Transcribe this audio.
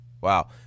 Wow